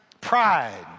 Pride